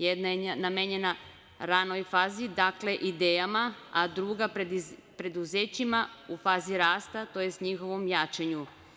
Jedna je namenjena ranoj fazi, dakle idejama, a druga preduzećima u fazi rasta, tj. njihovom jačanju.